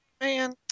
Man